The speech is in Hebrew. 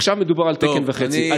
עכשיו מדובר על תקן וחצי.